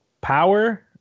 power